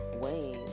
ways